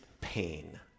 pain